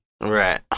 Right